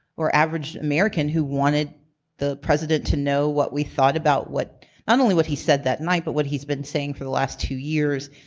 or average american who wanted the president to know what we thought about not and only what he said that night, but what he's been saying for the last two years.